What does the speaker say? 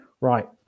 right